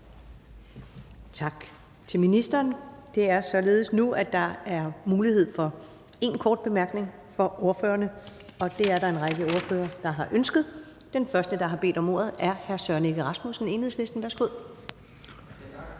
Tak til ministeren. Det er således nu, at der er mulighed for én kort bemærkning fra ordførerne, og det er der en række ordførere der har ønsket. Den første, der har bedt om ordet, er hr. Søren Egge Rasmussen, Enhedslisten. Værsgo.